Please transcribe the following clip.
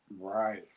Right